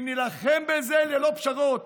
נילחם בזה ללא פשרות.